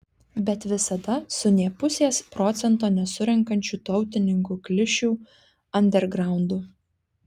bet visada su nė pusės procento nesurenkančių tautininkų klišių andergraundu